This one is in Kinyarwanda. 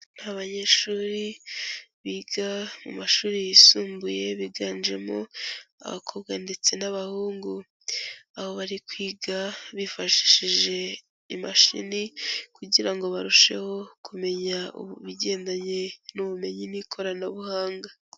Ni abanyeshuri biga mu mashuri yisumbuye, biganjemo abakobwa ndetse n'abahungu, aho bari kwiga bifashishije imashini kugira ngo barusheho kumenya ibigendanye n'ubumenyi n'ikoranabuhanga.